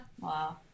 Wow